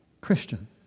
Christian